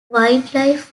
wildlife